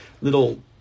little